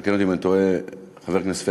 תקן אותי אם אני טועה, חבר הכנסת פייגלין,